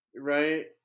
Right